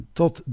tot